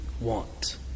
want